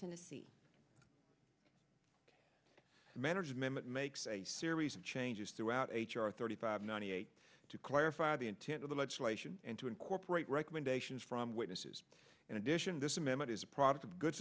policy management makes a series of changes throughout h r thirty five ninety eight to clarify the intent of the legislation and to incorporate recommendations from witnesses in addition this amendment is a product of good